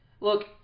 Look